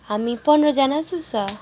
हामी पन्ध्रजना जस्तो छ